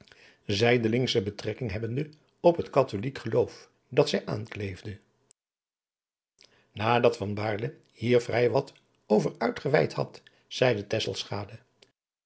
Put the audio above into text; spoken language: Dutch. zijdelingsche betrekking hebbende op het katholijk geloof dat zij aankleefde nadat van baerle hier vrij wat over uitgeweid had zeide